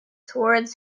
towards